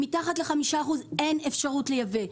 מתחת ל-5% אין אפשרות לייבוא,